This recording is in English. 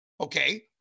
Okay